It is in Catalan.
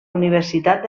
universitat